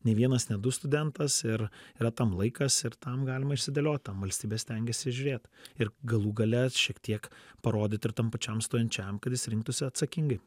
ne vienas ne du studentas ir yra tam laikas ir tam galima išsidėliot tam valstybės stengiasi žiūrėt ir galų gale šiek tiek parodyt ir tam pačiam stojančiajam kad jis rinktųsi atsakingai